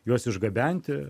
juos išgabenti